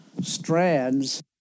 strands